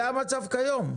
זה המצב כיום.